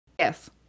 Yes